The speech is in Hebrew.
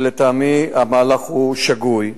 לטעמי, המהלך שגוי.